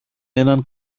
έναν